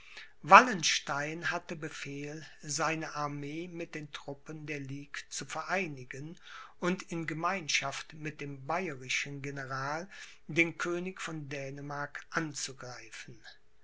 wallenstein hatte befehl seine armee mit den truppen der ligue zu vereinigen und in gemeinschaft mit dem bayerischen general den könig von dänemark anzugreifen